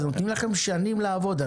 נותנים לכם שנים לעבוד.